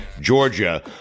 Georgia